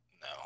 No